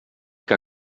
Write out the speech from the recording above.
que